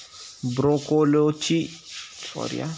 ब्रोकोलीची शेती थंड वातावरणात केली जाते